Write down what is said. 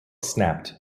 snapped